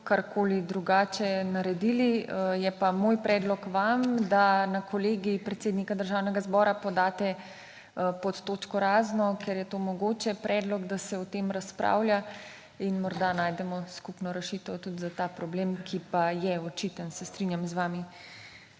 karkoli drugače naredili. Je pa moj predlog vam, da na Kolegij predsednika Državnega zbora podate pod točko razno, kjer je to mogoče, predlog, da se o tem razpravlja, in morda najdemo skupno rešitev tudi za ta problem, ki pa je očiten, se strinjam z vami.